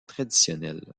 traditionnelle